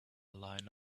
line